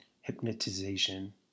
hypnotization